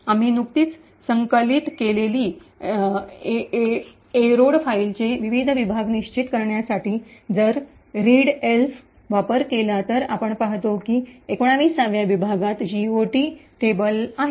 आम्ही नुकतीच संकलित केलेली एरोड फाईलचे विविध विभाग निश्चित करण्यासाठी जर रीडएल्फचा वापर केला तर आपण पाहतो की 19 व्या विभागात जीओटी टेबल आहे